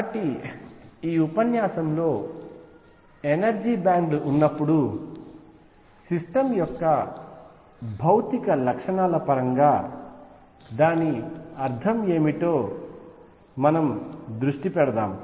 కాబట్టి ఈ ఉపన్యాసంలో ఎనర్జీ బ్యాండ్ లు ఉన్నప్పుడు సిస్టమ్ యొక్క భౌతిక లక్షణాల పరంగా దాని అర్థం ఏమిటో మనం దృష్టి పెడదాం